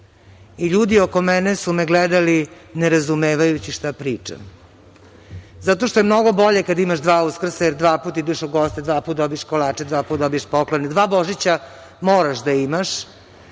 i ljudi oko mene su me gledali nerazumevajući šta pričam. Zato što je mnogo bolje kada imaš dva Uskrsa, jer dva puta ideš u goste, dva puta dobiješ kolače, dva puta dobiješ poklon. Dva Božića moraš da imaš. Kako